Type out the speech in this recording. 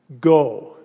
Go